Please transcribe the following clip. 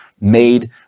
made